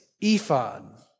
ephod